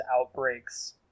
outbreaks